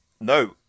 No